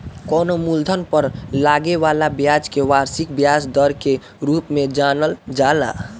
कवनो मूलधन पर लागे वाला ब्याज के वार्षिक ब्याज दर के रूप में जानल जाला